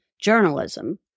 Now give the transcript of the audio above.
journalism